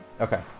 Okay